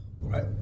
right